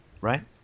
right